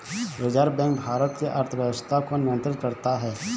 reserve bank Bharat की अर्थव्यवस्था को नियन्त्रित करता है